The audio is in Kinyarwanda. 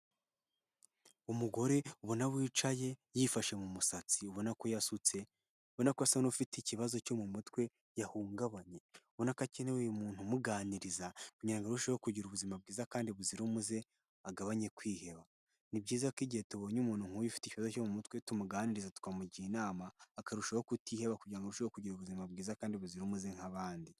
Umugore ubona wicaye yifashe mu musatsi ubona ko yasutse, ubona ko asa n'ufite ikibazo cyo mu mutwe yahungabanye, ubona ko akeneye umuntu umuganiriza, kugira ngo arushaho kugira ubuzima bwiza kandi buzira umuze, agabanye kwiheba. Ni byiza ko igihe tubonye umuntu ufite ikibazo cyo mu mutwe tumuganiriza, tukamugira inama akarushaho kutiheba kugira ngo arusheho kugira ubuzima bwiza kandi buzira umuze nk'abandi.